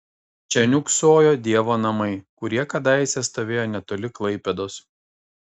čia niūksojo dievo namai kurie kadaise stovėjo netoli klaipėdos